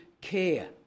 care